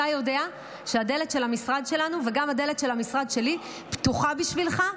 אתה יודע שהדלת של המשרד שלנו וגם הדלת של המשרד שלי פתוחה בשבילך.